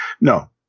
no